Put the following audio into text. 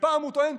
ופעם הוא טוען,